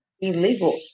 Illegal